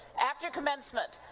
after commencement,